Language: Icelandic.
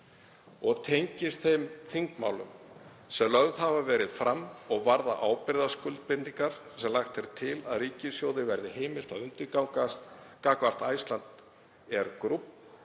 og tengist þeim þingmálum sem lögð hafa verið fram og varða ábyrgðarskuldbindingar sem lagt er til að ríkissjóði verði heimilt að undirgangast gagnvart Icelandair Group